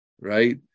right